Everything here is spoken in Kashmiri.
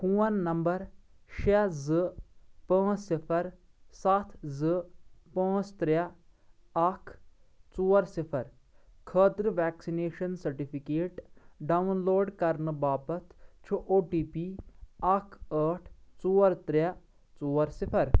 فون نمبر شےٚ زٕ پانٛژھ صِفَر سَتھ زٕ پانٛژھ ترٛےٚ اَکھ ژور صِفَر خٲطرٕ ویکسِنیشن سرٹِفکیٹ ڈاوُن لوڈ کرنہٕ باپتھ چھُ او ٹی پی اَکھ ٲٹھ ژور ترٛےٚ ژور صِفَر